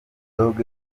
dogg